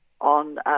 on